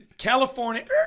California